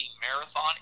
marathon